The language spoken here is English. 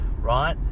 right